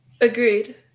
Agreed